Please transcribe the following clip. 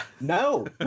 No